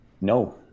No